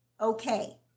okay